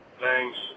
Thanks